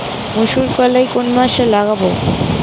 মুসুর কলাই কোন মাসে লাগাব?